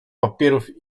papierów